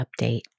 update